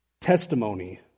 testimony